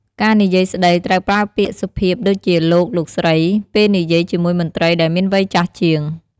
ការនិយាយស្ដី ត្រូវប្រើពាក្យសុភាព ដូចជា "លោក" "លោកស្រី" ពេលនិយាយជាមួយមន្រ្តីដែលមានវ័យចាស់ជាង។